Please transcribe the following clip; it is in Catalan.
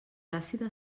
àcida